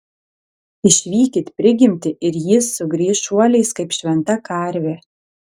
išvykit prigimtį ir ji sugrįš šuoliais kaip šventa karvė